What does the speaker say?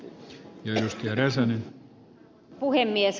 arvoisa puhemies